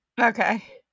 okay